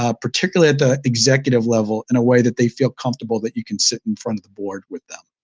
ah particularly at the executive level, in a way that they feel comfortable that you can sit in front of the board with them.